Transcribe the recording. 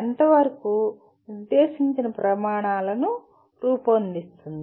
ఎంతవరకు నిర్దేశించిన ప్రమాణాలను రూపొందిస్తుంది